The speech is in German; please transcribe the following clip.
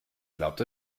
glaubt